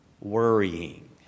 worrying